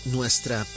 Nuestra